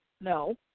No